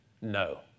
No